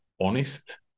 honest